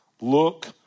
look